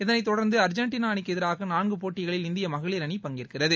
இதனை தொடர்ந்து அர்ஜென்டினா அணிக்கு எதிராக நான்கு போட்டிகளில் இந்திய மகளிர் அணி பங்கேற்கிறது